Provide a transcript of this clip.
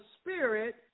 Spirit